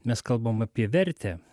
mes kalbam apie vertę